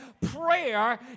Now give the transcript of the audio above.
Prayer